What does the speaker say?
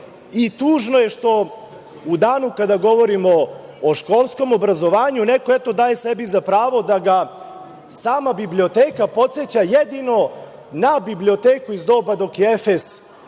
i tužno je što u danu kada govorimo o školskom obrazovanju, neko eto daje sebi za pravo, da ga sama biblioteka podseća jedino na biblioteku iz doba dok je